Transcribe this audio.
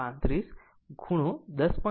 35 ખૂણો 10